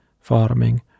farming